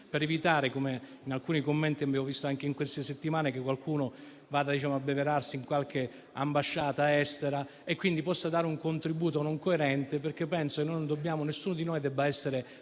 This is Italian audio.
per evitare, come abbiamo sentito in alcuni commenti anche in queste settimane, che qualcuno vada ad abbeverarsi in qualche ambasciata estera e quindi possa dare un contributo non coerente. Penso che nessuno di noi debba essere